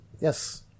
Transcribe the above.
Yes